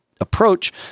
approach